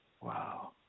wow